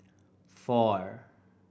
four